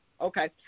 Okay